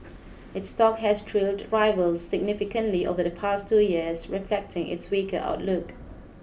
it's stock has trailed rivals significantly over the past two years reflecting its weaker outlook